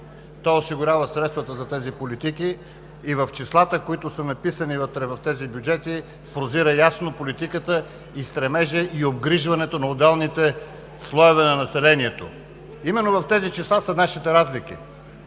Той осигурява средствата за тези политики и в числата, написани вътре в тези бюджети, прозира ясно политиката и стремежът, и обгрижването на отделните слоеве на населението. Именно в тези числа са нашите разлики.